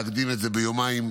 להקדים את זה ביומיים,